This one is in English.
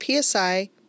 PSI